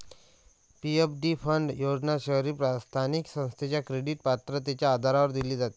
PFD fund योजना शहरी स्थानिक संस्थेच्या क्रेडिट पात्रतेच्या आधारावर दिली जाते